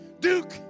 Duke